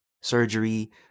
surgery